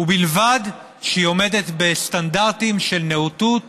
ובלבד שהיא עומדת בסטנדרטים של נאותות